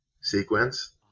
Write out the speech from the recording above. sequence